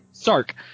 Sark